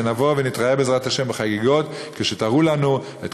שנבוא ונתראה בעזרת השם בחגיגות כשתראו לנו את